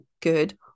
good